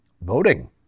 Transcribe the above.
Voting